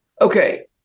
okay